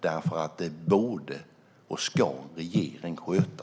Det borde och ska en regering sköta.